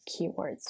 keywords